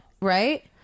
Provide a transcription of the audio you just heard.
right